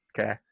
Okay